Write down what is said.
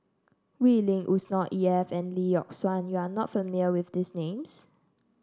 Wee Lin Yusnor Ef and Lee Yock Suan you are not familiar with these names